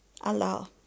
Allah